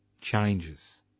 changes